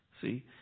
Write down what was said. See